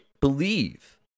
believe